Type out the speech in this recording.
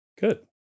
Good